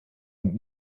und